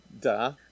Duh